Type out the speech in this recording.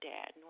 Dad